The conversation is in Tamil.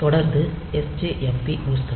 தொடர்ந்து sjmp நிறுத்தங்கள்